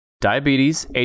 Diabetes